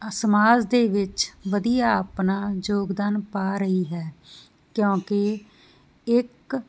ਸਮਾਜ ਦੇ ਵਿੱਚ ਵਧੀਆ ਆਪਣਾ ਯੋਗਦਾਨ ਪਾ ਰਹੀ ਹੈ ਕਿਉਂਕਿ ਇੱਕ ਧੀ